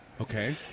Okay